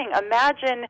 Imagine